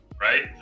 Right